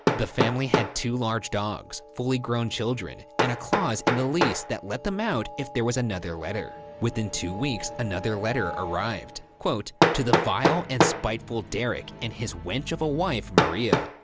the family had two large dogs, fully grown children, and a clause in the lease that let them out if there was another letter. within two weeks, another letter arrived. quote, to the vile and spiteful derek and his wench of a wife, maria.